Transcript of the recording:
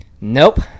Nope